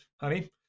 honey